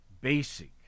basic